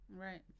Right